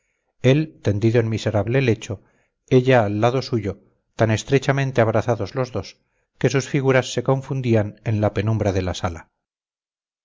él tendido en miserable lecho ella al lado suyo tan estrechamente abrazados los dos que sus figuras se confundían en la penumbra de sala